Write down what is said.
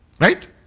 Right